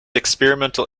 experimental